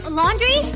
laundry